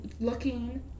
looking